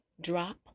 Drop